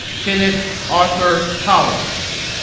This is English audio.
kenneth arthur collins